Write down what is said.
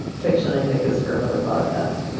fiction, i think, is for another podcast.